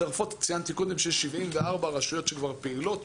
ציינתי קודם שיש 74 רשויות שכבר פעילות.